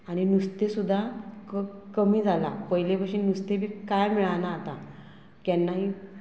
आनी नुस्तें सुद्दां कमी जाला पयले भशेन नुस्तें बी कांय मेळना आतां केन्नाय